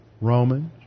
Romans